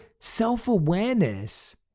self-awareness